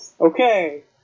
Okay